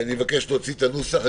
אני מבקש להוציא את הנוסח,